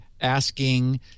asking